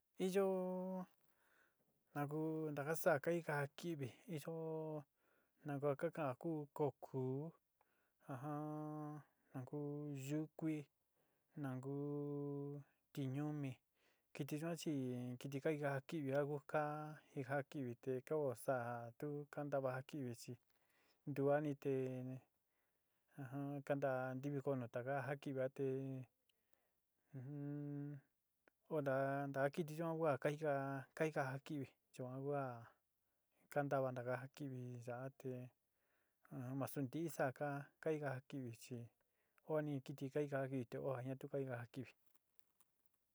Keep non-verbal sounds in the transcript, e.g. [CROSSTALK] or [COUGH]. Iyo naku ntagasaa ka ika ja kɨvi, iyo naguu ka kaan kuu kokú [HESITATION] a ku yúkui naku tiñumi, kɨtɨ yuan chi kɨtɨ ka jika ja kɨvi kaku ka jika ja kɨvi te oó saá ja tu kantava ja kɨvi chi ntuani te [HESITATION] kanta ntiviko nu taka ja kɨvi a te [HESITATION] ontaá ntaa kɨtɨ yuan kuan ka jika ka jika ja kɨvi yuan kua kantava taka ja kɨvi yaa te [HESITATION] nasu ntii saá ka jika ja kivi chi oni kɨtɨ ja ka jika kivi te oó ja tu ka jika ja kivi.